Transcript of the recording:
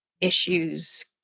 issues